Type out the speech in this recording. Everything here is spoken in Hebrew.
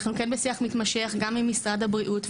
אנחנו כן בשיח מתמשך גם עם משרד הבריאות,